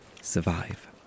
Survive